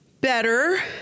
Better